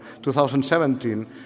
2017